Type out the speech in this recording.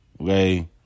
Okay